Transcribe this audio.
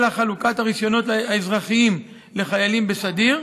חלוקת הרישיונות האזרחיים לחיילים בסדיר.